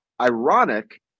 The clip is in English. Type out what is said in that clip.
Ironic